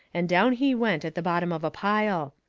and down he went at the bottom of a pile.